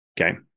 okay